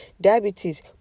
diabetes